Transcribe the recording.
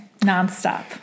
nonstop